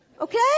Okay